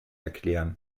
erklären